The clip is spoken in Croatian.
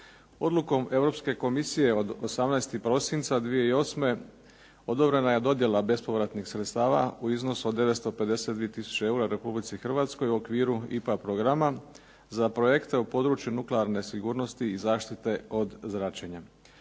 Odlukom Europske Komisije od 18. prosinca 2008. odobrena je dodjela bespovratnih sredstava u iznosu od 952 tisuće eura Republici Hrvatskoj u okviru IPA programa za projekte u području nuklearne sigurnosti i zaštite od zračenja.